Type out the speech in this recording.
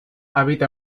habita